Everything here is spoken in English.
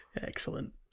Excellent